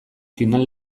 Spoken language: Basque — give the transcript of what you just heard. final